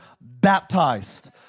baptized